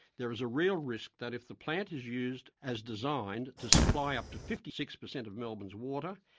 there is a real risk that if the plant is used as designed to supply up to fifty six percent of melbourne's water,